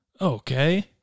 Okay